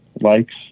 likes